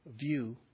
view